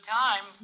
time